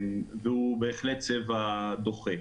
הוא בהחלט צבע דוחה